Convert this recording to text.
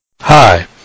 Hi